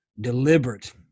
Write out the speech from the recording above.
deliberate